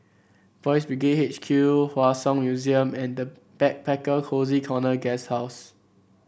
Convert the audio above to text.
Boys' Brigade H Q Hua Song Museum and the Backpacker Cozy Corner Guesthouse